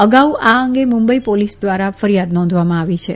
અગાઉ આ અંગે મુંબઈ પોલીસ દ્વારા ફરિથાદ નોંધવામાં આવી છે